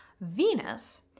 Venus